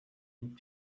and